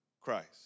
Christ